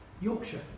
Yorkshire